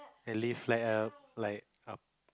and live like err like um